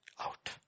out